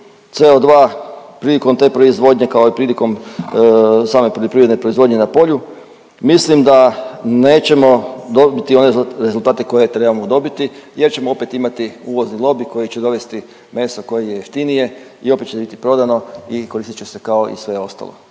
CO2 prilikom te proizvodnje, kao i prilikom same poljoprivredne proizvodnje na polju mislim da nećemo dobiti one rezultate koje trebamo dobiti jer ćemo opet imati uvozni lobij koji će dovesti meso koje je jeftinije i opet će biti prodano i korist će se kao i sve ostalo.